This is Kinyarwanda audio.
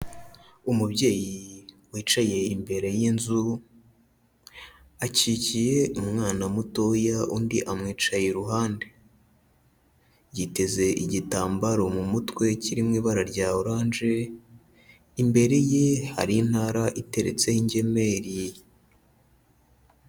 Umubyeyi wicaye imbere y'inzu, akikiye umwana mutoya undi amwicaye iruhande. Yiteze igitambaro mu mutwe kiri mu ibara rya oranje, imbere ye hari intara iteretseho ingemeri.